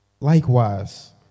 Likewise